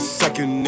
second